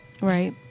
Right